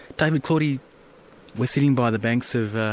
david claudie we're sitting by the banks of a